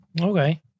Okay